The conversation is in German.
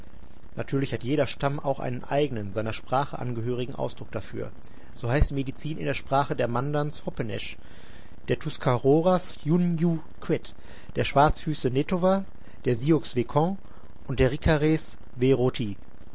natürlich hat jeder stamm auch einen eigenen seiner sprache angehörigen ausdruck dafür so heißt medizin in der sprache der mandans hopenesch der tuskaroras yunnjuh queht der schwarzfüße nehtowa der sioux wehkon und der